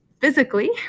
physically